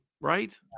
right